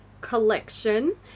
collection